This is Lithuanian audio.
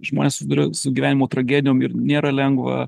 žmonės susiduria su gyvenimo tragedijom ir nėra lengva